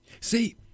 see